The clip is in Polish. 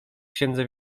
księdze